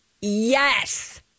Yes